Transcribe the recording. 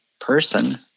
person